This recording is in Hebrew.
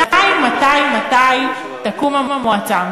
מתי מתי מתי תקום המועצה?